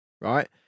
right